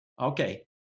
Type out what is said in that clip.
Okay